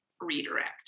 redirect